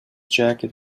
jacket